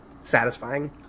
satisfying